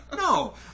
No